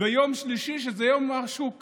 ביום שלישי, שזה יום השוק